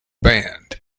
band